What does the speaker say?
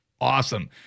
awesome